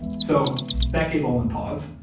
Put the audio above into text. so that gave olin pause.